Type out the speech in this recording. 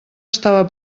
estava